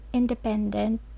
independent